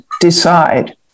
decide